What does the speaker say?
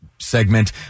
segment